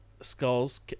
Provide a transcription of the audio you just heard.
Skulls